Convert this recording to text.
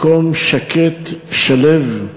מקום שקט, שלו,